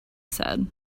said